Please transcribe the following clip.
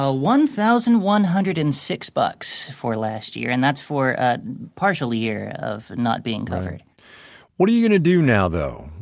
ah one thousand one hundred and six bucks for last year, and that's for a partial year of not being covered what are you going to do now though?